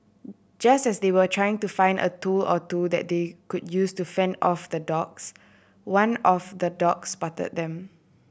just as they were trying to find a tool or two that they could use to fend off the dogs one of the dogs spotted them